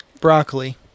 Broccoli